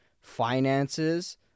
finances